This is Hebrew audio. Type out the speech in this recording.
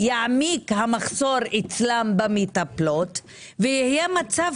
יעמיק המחסור אצלם במטפלות ויהיה מצב